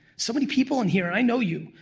so many people in here, i know you,